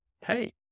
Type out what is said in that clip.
hey